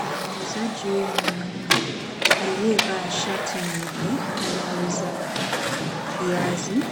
Kuna muuzaji huyu mwanaumea aliyevaa shati nyeupe, anauza viazi.